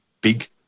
big